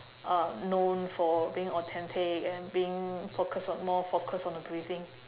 uh known for being authentic and being focused on more focused on the breathing